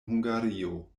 hungario